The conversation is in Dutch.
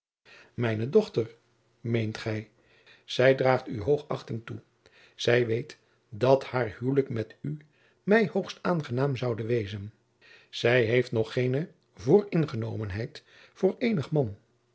mijne dochter meent gij zij draagt u hoogachting toe zij weet dat haar huwelijk met u mij hoogst aangenaam zoude wezen zij heeft nog geene vooringenomenheid voor eenig man